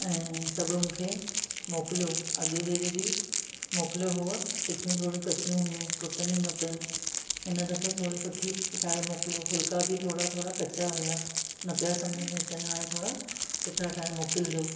ऐं सभु मूंखे मोकिलियो अॻे भेरे बि मोकिलियो हुअव टिकियूं थोरी कचियूं हुयूं टुटनि ई न पयूं हिन दफ़े थोरी सुठी ठाहे मोकिलियो फुलिका बि थोरा थोरा कचा हुया न पिया सम्झ में अचनि हाणे थोरा सुठा ठाहे मोकिलिजो